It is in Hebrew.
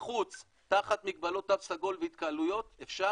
בחוץ תחת מגבלות תו סגול והתקהלויות אפשר